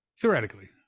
theoretically